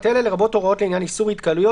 לרבות הוראות לעניין איסור התקהלויות,